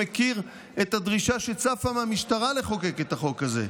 שמכיר את הדרישה שצפה מהמשטרה לחוקק את החוק הזה.